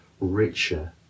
richer